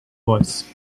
voice